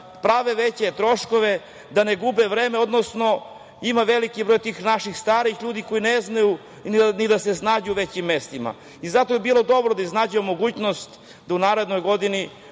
prave veće troškove, da ne gube vreme, odnosno ima veliki broj tih naših starih ljudi koji ne znaju ni da se snađu u većim mestima. Zato bi bilo dobro da iznađemo mogućnost da u narednoj godini